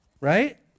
Right